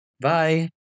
Bye